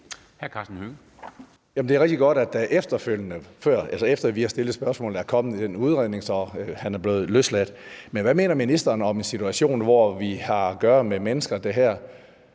Hønge (SF): Jamen det er rigtig godt, at der efterfølgende, altså efter at vi har stillet spørgsmålet, er kommet en udredning, så han er blevet løsladt. Men hvad mener ministeren om en situation, hvor mennesker, der